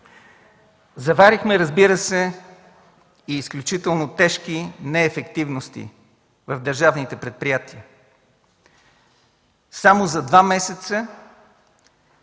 Заварихме, разбира се, изключително тежки неефективности в държавните предприятия. Само за два месеца